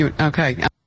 Okay